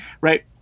Right